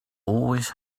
always